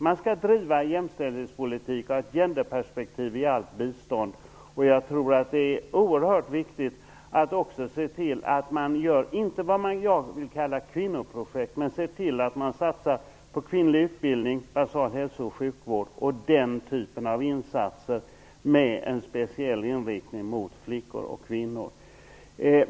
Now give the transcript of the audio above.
Man skall driva jämställdhetspolitik och agendaperspektiv i allt bistånd, och jag tror också att det är oerhört viktigt att man satsar inte på det jag vill kalla kvinnoprojekt men på kvinnlig utbildning, basal hälso och sjukvård och den typen av insatser med speciell inriktning mot flickor och kvinnor.